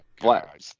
Black